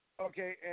Okay